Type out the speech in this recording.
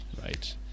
right